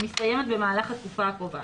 מסתיימת במהלך התקופה הקובעת,